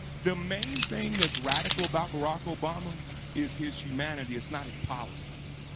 the main thing that's radical about barack obama is his humanity it's not his policies.